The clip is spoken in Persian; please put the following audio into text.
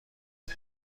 بده